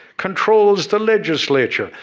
controls the legislature,